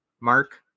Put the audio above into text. Mark